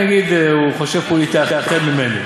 נגיד הוא חושב פוליטית אחרת ממני,